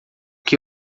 que